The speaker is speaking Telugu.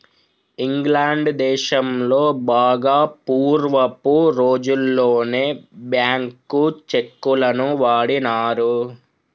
ఇంగ్లాండ్ దేశంలో బాగా పూర్వపు రోజుల్లోనే బ్యేంకు చెక్కులను వాడినారు